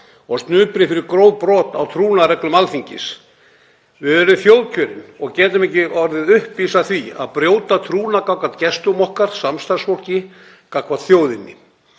og snupri þá fyrir gróf brot á trúnaðarreglum Alþingis. Við erum þjóðkjörin og getum ekki orðið uppvís að því að brjóta trúnað gagnvart gestum okkar og samstarfsfólki, gagnvart þjóðinni.